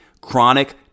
chronic